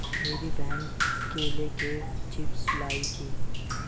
मेरी बहन केले के चिप्स लाई थी